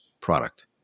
product